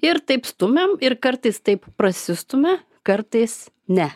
ir taip stumiam ir kartais taip prasistumia kartais ne